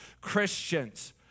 Christians